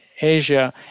Asia